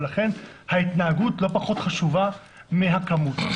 לכן ההתנהגות לא פחות חשובה מהכמות.